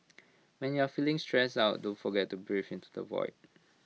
when you are feeling stressed out don't forget to breathe into the void